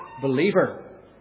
Believer